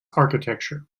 architecture